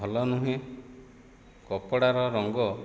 ଭଲ ନୁହେଁ କପଡ଼ାର ରଙ୍ଗ